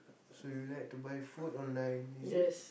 so you like to buy food online is it